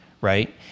right